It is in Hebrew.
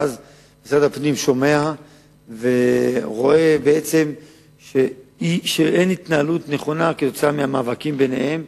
ואז משרד הפנים שומע ורואה התנהלות שאינה נכונה כתוצאה מהמאבקים ביניהם,